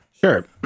sure